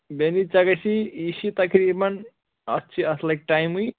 بیٚنہِ ژےٚ گَژھی یہِ چھِ تقریٖباً اَتھ چھِ اَتھ لَگہِ ٹایمٕے